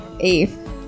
Eve